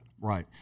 Right